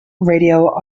radio